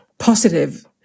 positive